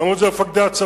אמרו את זה מפקדי הצבא.